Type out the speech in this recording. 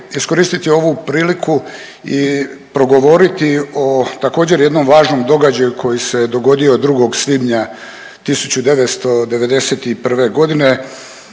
iskoristiti ovu priliku i progovoriti o također jednom važnom događaju koji se dogodio 2. svibnja 1991. godine.